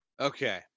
Okay